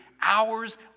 hours